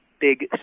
big